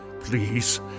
Please